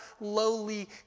lowly